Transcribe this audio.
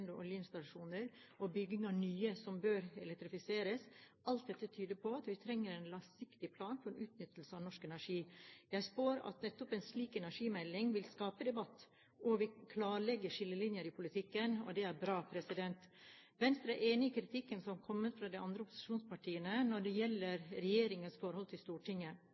eksisterende oljeinstallasjoner og bygging av nye, som bør elektrifiseres – alt dette tyder på at vi trenger en langsiktig plan for utnyttelsen av norsk energi. Jeg spår at nettopp en slik energimelding vil skape debatt og vil klarlegge skillelinjer i politikken. Det er bra. Venstre er enig i kritikken som kommer fra de andre opposisjonspartiene når det gjelder regjeringens forhold til Stortinget.